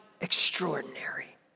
extraordinary